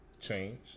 change